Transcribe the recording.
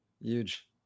Huge